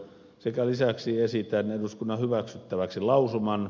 sekä lisäksi esitän eduskunnan hyväksyttäväksi lausuman